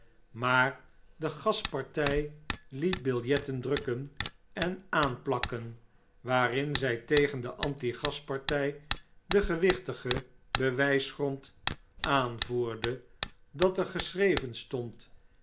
maar de gaspartij liet biljetten drukken en aanplakken waarin zjj tegen de anti gasparty den gewichtigen bewjjsgrond aanvoerde dat er geschreven stond